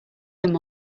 them